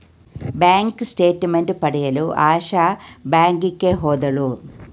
bank statement ಪಡೆಯಲು ಆಶಾ ಬ್ಯಾಂಕಿಗೆ ಹೋದಳು